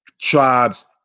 tribes